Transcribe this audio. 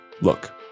look